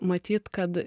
matyt kad